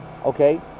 Okay